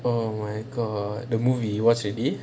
oh my god the movie you watch already